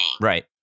right